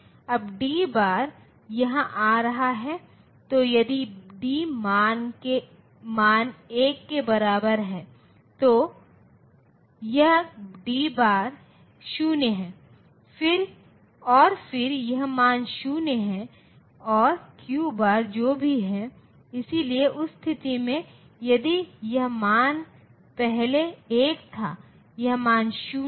अब D bar यहाँ आ रहा है तो यदि D मान 1 के बराबर है तो यह D बार 0 है और फिर यह मान 0 है और Q बार जो भी है इसलिए उस स्थिति में यदि यह मान पहले 1 था यह मान 0 था